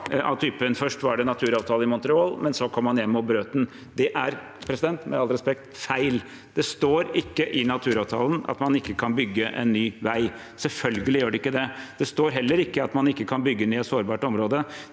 først var det naturavtale i Montreal, men så kom man hjem og brøt den, er det litt viktig for meg å si at det – med all respekt – er feil. Det står ikke i naturavtalen at man ikke kan bygge en ny vei. Selvfølgelig gjør det ikke det. Det står heller ikke at man ikke kan bygge den i et sårbart område.